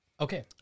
Okay